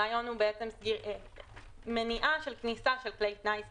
הרעיון הוא מניעה של כניסה של כלי טיס לישראל.